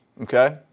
okay